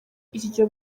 iryo